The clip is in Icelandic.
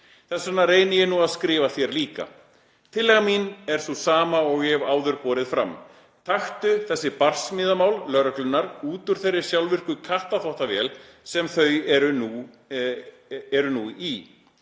Þessvegna reyni ég nú að skrifa þér líka. Tillaga mín til þín er sú sama og ég hef áður borið fram: Taktu þessi barsmíðamál lögreglunnar útúr þeirri sjálfvirku kattarþvottavél sem þau nú eru í.